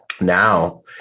now